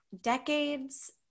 decades